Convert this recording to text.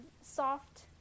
soft